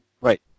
Right